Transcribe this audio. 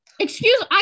Excuse